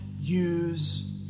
use